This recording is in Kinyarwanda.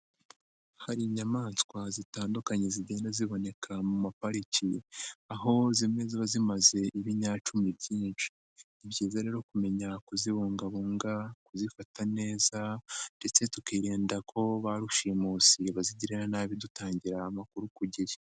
Hari inyamaswa zitandukanye zigenda ziboneka mu mapariki, aho zimwe ziba zimaze ibinyacumi byinshi, ni byiza rero kumenya kuzibungabunga, kuzifata neza ndetse tukirinda ko ba rushimusi bazigirira nabi dutangira amakuru ku gihe.